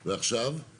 ועכשיו?